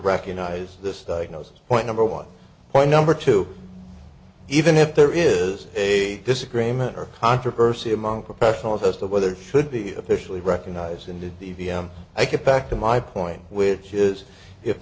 recognize this diagnosis point number one point number two even if there is a disagreement or controversy among professionals as to whether she should be officially recognized in the d v m i get back to my point which is if